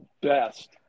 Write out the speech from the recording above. best